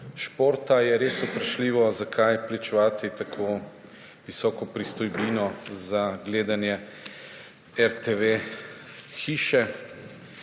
športa, je res vprašljivo, zakaj plačevati tako visoko pristojbino za gledanje RTV hiše.